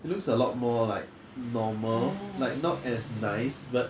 it looks a lot more like normal like not as nice but